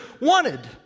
wanted